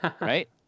Right